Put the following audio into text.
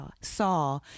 saw